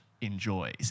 enjoys